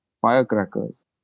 firecrackers